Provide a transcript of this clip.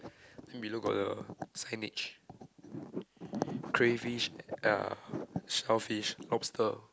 then below got the signage crave fish ya shellfish lobster